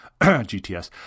GTS